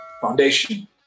Foundation